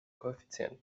koeffizienten